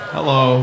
Hello